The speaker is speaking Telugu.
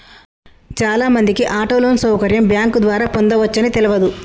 చాలామందికి ఆటో లోన్ సౌకర్యం బ్యాంకు ద్వారా పొందవచ్చని తెలవదు